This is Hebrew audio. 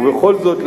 ובכל זאת,